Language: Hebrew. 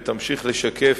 ותמשיך לשקף,